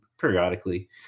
periodically